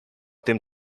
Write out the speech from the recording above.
tym